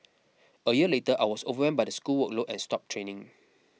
a year later I was overwhelmed by the school workload and stopped training